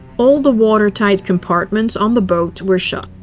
all the watertight compartments on the boat were shut.